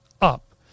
up